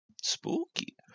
spooky